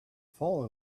fallen